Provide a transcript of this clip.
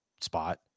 spot